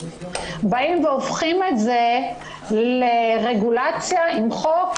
באים והופכים את זה לרגולציה עם חוק,